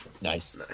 Nice